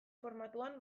formatuan